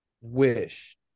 wish